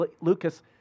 Lucas